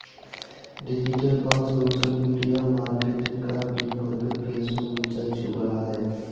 digital और social media marketing का प्रयोग करके फेसबुक ऊंचाई छू रहा है